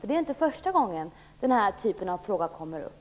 Det här är inte första gången som denna typ av frågor kommer upp.